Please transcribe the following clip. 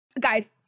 Guys